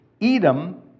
Edom